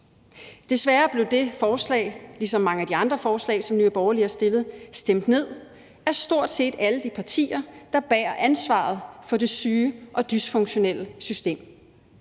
Desværre blev det forslag ligesom mange af de andre forslag, som Nye Borgerlige har fremsat, stemt ned af stort set alle de partier, der bærer ansvaret for det syge og dysfunktionelle system.